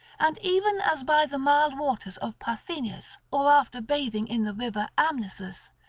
and even as by the mild waters of parthenius, or after bathing in the river amnisus,